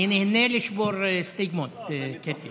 אני נהנה לשבור סטיגמות, קטי.